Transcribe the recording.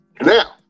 Now